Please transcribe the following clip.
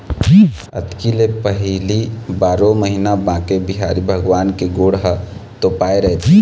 अक्ती ले पहिली बारो महिना बांके बिहारी भगवान के गोड़ ह तोपाए रहिथे